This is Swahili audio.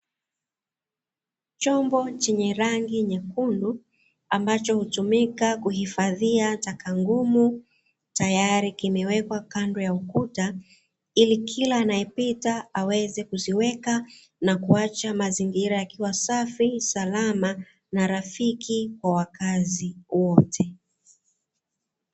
Chombo chenye rangi nyekundu, ambacho hutumika kuhifadhia taka ngumu, tayari kimewekwa kando ya ukuta ili kila anayepita aweze kuziweka na kuacha mazingira yakiwa safi, salama na rafiki kwa wakazi wote.